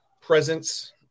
presence